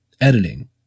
editing